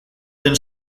den